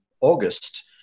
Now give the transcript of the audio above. August